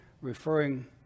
referring